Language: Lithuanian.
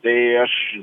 tai aš